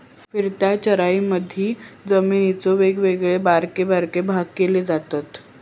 फिरत्या चराईमधी जमिनीचे वेगवेगळे बारके बारके भाग केले जातत